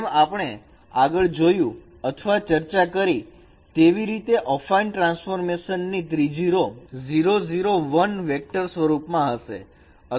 જેમ આપણે આગળ જોયું અથવા ચર્ચા કરી તેવી રીતે અફાઈન ટ્રાન્સફોર્મેશન ની ત્રીજી રો વેકટર સ્વરૂપમાં હશે